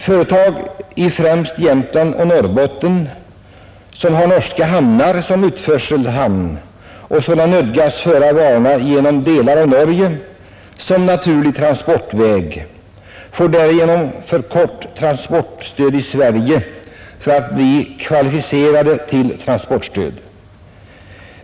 Företag i främst Jämtland och Norrbotten som har norska hamnar som utförselhamn och sålunda nödgas föra varorna genom delar av Norge — det är deras naturliga transportväg — får därigenom för kort transportavstånd i Sverige för att bli kvalificerade till transportstöd.